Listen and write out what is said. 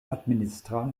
administra